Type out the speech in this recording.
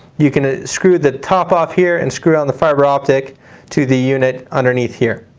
you can screw the top off here and screw on the fiber optic to the unit underneath here.